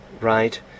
right